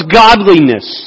godliness